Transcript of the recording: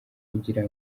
kugira